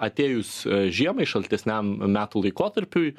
atėjus žiemai šaltesniam metų laikotarpiui